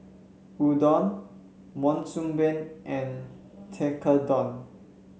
Udon Monsunabe and Tekkadon